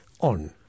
on